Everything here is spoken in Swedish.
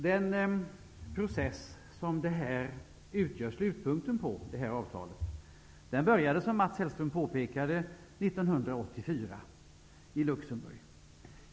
Den process som avtalet utgör slutpunkten i började, som Mats Hellström påpekade, 1984 i Luxemburg.